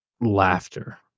laughter